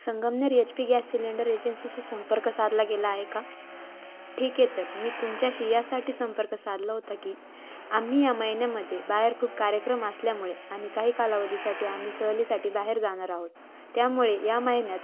Sangamner H P gas cylinder एजन्सीशी संपर्क साधला गेला आहे का ठीक आहे तर मी तुमच्याशी यासाठी संपर्क साधला होता की आम्ही या महिन्यामध्येे बाहेर खूप कार्यक्रम असल्यामुळे आणि काही कालावधीसाठी आम्ही सहलीसाठी बाहेर जाणार आहोत त्यामुळे या महिन्यात